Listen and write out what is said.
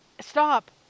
Stop